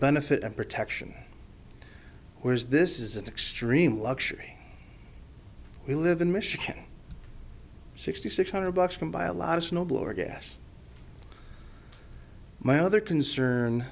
benefit and protection where is this is an extreme luxury we live in michigan sixty six hundred bucks can buy a lot of snowblower gas my other concern